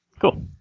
Cool